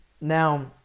now